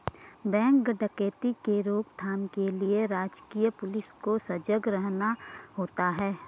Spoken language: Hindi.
बैंक डकैती के रोक थाम के लिए राजकीय पुलिस को सजग रहना होता है